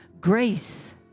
grace